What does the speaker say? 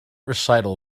recital